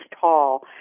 tall